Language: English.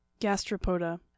gastropoda